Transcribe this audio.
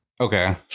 Okay